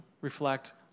reflect